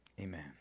amen